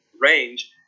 range